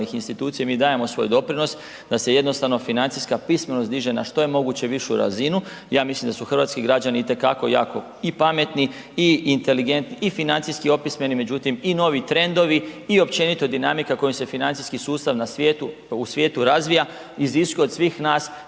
institucija i mi dajemo svoj doprinos da se jednostavno financijska pismenost diže na što je moguće višu razinu. Ja mislim da su hrvatski građani i te kako jako i pametni i inteligentni i financijski opismeni, međutim i novi trendovi i općenito dinamika kojom se financijski sustav u svijetu razvija iziskuje od svih nas